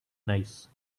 nice